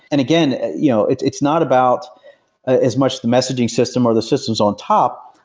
and again, you know it's it's not about as much the messaging system or the systems on top,